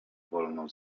wolno